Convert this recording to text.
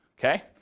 Okay